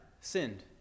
sinned